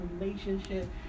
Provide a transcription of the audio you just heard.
relationship